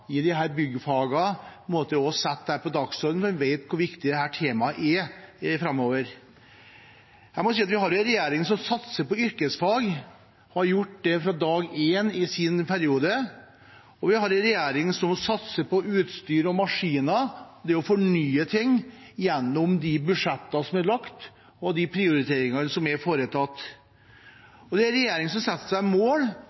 på dagsordenen, for de vet hvor viktig dette temaet blir framover. Jeg må si at vi har en regjering som satser på yrkesfag. Den har gjort det fra dag én i sin periode. Vi har en regjering som satser på utstyr og maskiner og det å fornye ting, gjennom de budsjettene som er lagt, og gjennom de prioriteringene som er